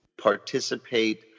participate